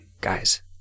Guys